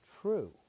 True